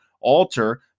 Alter